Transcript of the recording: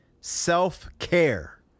Self-care